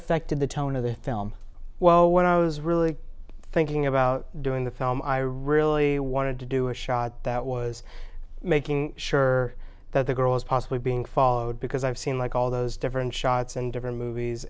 affected the tone of the film well when i was really thinking about doing the film i really wanted to do a shot that was making sure that the girls possibly being followed because i've seen like all those different shots in different movies